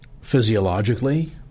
physiologically